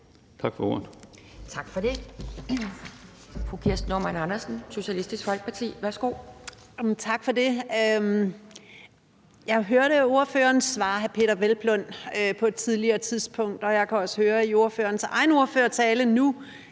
Kjærsgaard): Tak for det. Fru Kirsten Normann Andersen, Socialistisk Folkeparti. Værsgo. Kl. 11:34 Kirsten Normann Andersen (SF): Tak for det. Jeg hørte ordføreren svare hr. Peder Hvelplund på et tidligere tidspunkt, og jeg kan også høre i ordførerens egen ordførertale nu,